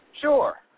Sure